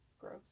gross